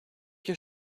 your